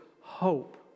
hope